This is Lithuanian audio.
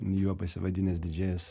juo pasivadinęs didžėjus